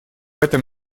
этом